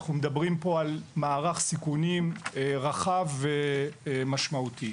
אנחנו מדברים פה על מערך סיכונים רחב ומשמעותי.